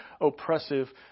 oppressive